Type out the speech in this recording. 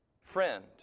friend